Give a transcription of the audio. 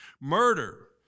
Murder